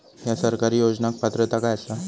हया सरकारी योजनाक पात्रता काय आसा?